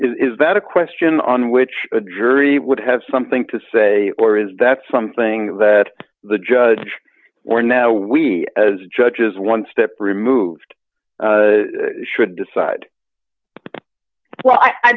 is that a question on which a dreary would have something to say or is that something that the judge or now we as judges one step removed should decide well i